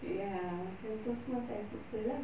ya macam itu semua saya suka lah